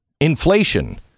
Inflation